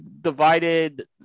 divided